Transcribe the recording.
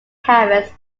paris